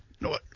No